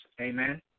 Amen